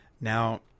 Now